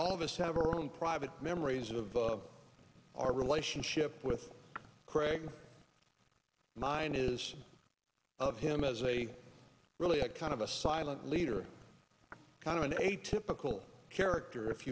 all of us have our own private memories of our relationship with craig mine is of him as a really a kind of a silent leader kind of an atypical character if